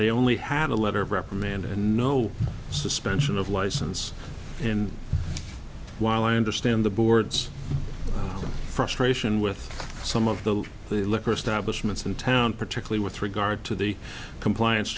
they only had a letter of reprimand and no suspension of license and while i understand the board's frustration with some of the the liquor establishment in town particularly with regard to the compliance